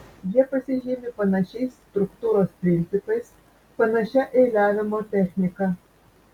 jie pasižymi panašiais struktūros principais panašia eiliavimo technika